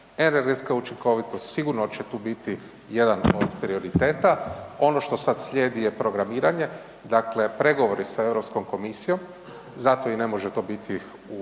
učinkovitost sigurno će tu biti jedan od prioriteta, ono što sad slijedi je programiranje, dakle pregovori sa Europskom komisijom, zato i ne može to biti, zato